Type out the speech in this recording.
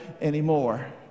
anymore